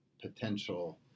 potential